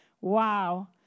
Wow